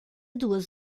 duas